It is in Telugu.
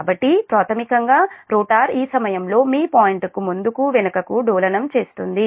కాబట్టి ప్రాథమికంగా రోటర్ ఈ సమయంలో మీ పాయింట్ కు ముందుకు వెనుకకు డోలనం చేస్తుంది